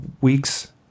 weeks